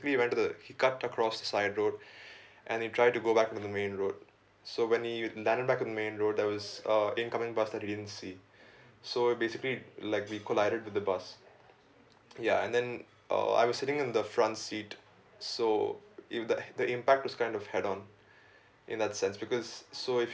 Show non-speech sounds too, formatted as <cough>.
went into the he cut across the side road <breath> and he try to go back to the main road so when he landed back to main road there was a incoming that he didn't see <breath> so basically like we collided with the bus ya and then uh I was sitting in the front seat so if th~ the impact was kind of head on <breath> in that sense because so if you